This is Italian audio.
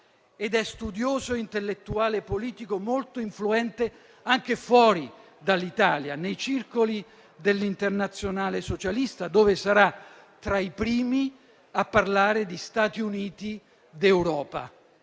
ed è studioso e intellettuale politico molto influente anche fuori dall'Italia, nei circoli dell'Internazionale socialista, dove sarà tra i primi a parlare di "Stati uniti d'Europa".